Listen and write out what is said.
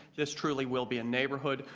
this truly will be a neighbourhood.